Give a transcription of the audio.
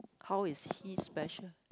how is he special